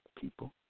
people